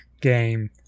game